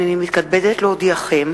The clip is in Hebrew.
הנני מתכבדת להודיעכם,